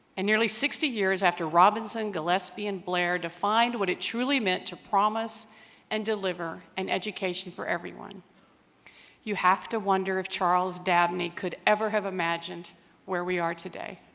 and nearly sixty years after robinson gillespie and blair defined what it truly meant to promise and deliver an education for everyone you have to wonder if charles dabney could ever have imagined where we are today